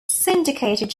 syndicated